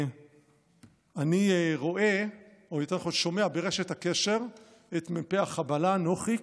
ואני שומע ברשת הקשר את מ"פ החבלה נוחיק,